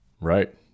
Right